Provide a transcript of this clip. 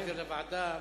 להעביר לוועדה?